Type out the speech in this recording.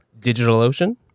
DigitalOcean